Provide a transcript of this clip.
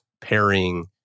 pairing